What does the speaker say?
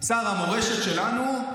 שר המורשת שלנו,